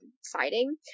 siding